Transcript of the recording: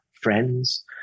friends